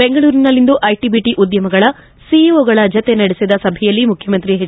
ಬೆಂಗಳೂರಿನಲ್ಲಿಂದು IT BT ಉದ್ದಮಗಳ ಸಿಇಒಗಳ ಜತೆ ನಡೆಸಿದ ಸಭೆಯಲ್ಲಿ ಮುಖ್ಣಮಂತ್ರಿ ಎಚ್